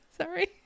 Sorry